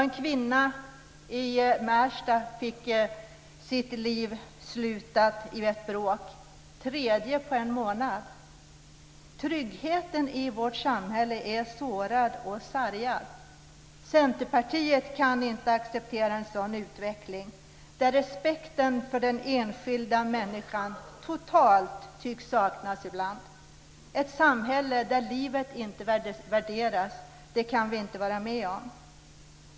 En kvinna i Märsta fick sluta sitt liv i ett bråk. Det är det tredje på en månad. Tryggheten i vårt samhälle är sårad och sargad. Centerpartiet kan inte acceptera en utveckling där respekten för den enskilda människan totalt tycks saknas ibland. Ett samhälle där livet inte värderas - det kan vi inte vara med om.